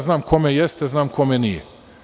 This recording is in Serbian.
Znam kome jeste, znam kome nije.